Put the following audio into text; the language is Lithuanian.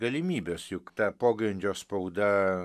galimybes juk ta pogrindžio spauda